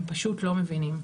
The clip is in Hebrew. הם פשוט לא מבינים.